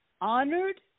honored